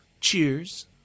Cheers